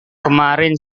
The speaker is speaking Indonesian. kemarin